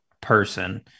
person